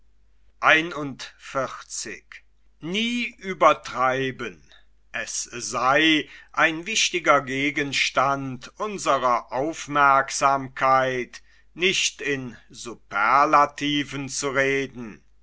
es sei ein wichtiger gegenstand unsrer aufmerksamkeit nicht in superlativen zu reden